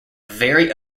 very